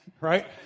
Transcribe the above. right